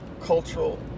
cultural